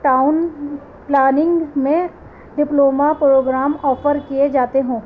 town planning میں diploma programme offer کیے جاتے ہوں